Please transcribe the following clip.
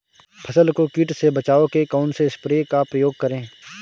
फसल को कीट से बचाव के कौनसे स्प्रे का प्रयोग करें?